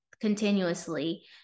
continuously